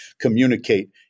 communicate